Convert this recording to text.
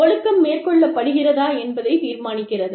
ஒழுக்கம் மேற்கொள்ளப்படுகிறதா என்பதைத் தீர்மானிக்கிறது